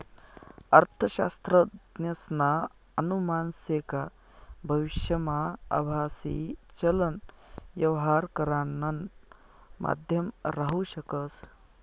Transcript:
अर्थशास्त्रज्ञसना अनुमान शे का भविष्यमा आभासी चलन यवहार करानं माध्यम राहू शकस